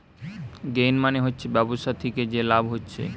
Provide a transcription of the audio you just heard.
gain মানে হচ্ছে ব্যবসা থিকে যে লাভ হচ্ছে